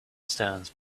stones